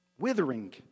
Withering